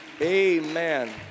Amen